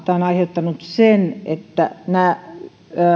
tämä on aiheuttanut sen että nämä